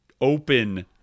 open